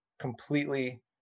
completely